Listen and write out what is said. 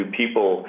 people